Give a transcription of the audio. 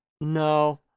No